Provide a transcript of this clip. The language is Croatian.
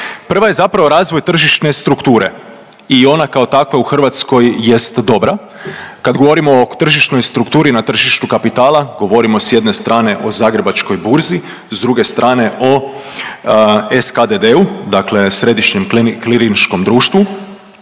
Prva je zapravo razvoj tržišne strukture i ona kao takva u Hrvatskoj jest dobra. Kad govorimo o tržišnoj strukturi na tržištu kapitala govorimo s jedne strane o Zagrebačkoj burzi, s druge strane o SKDD-u, dakle središnjem klirinškom društvu